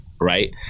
Right